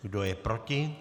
Kdo je proti?